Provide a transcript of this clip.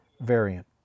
variant